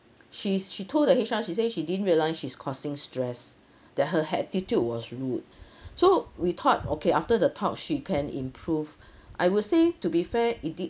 she she told the H_R she say she didn't realise she's causing stress that her attitude was rude so we thought okay after the talk she can improve I would say to be fair it did